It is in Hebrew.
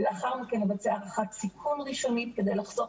לאחר מכן לבצע הערכת סיכון ראשונית כדי לחסוך